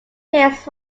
hills